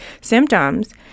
symptoms